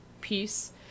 piece